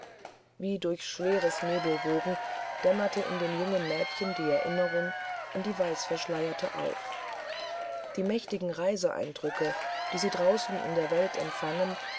wie durch fernes nebelgewoge dämmerte in dem jungen mädchen die erinnerung an die weißverschleierte auf die mächtigen reiseeindrücke die sie draußen in der welt empfangen